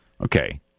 okay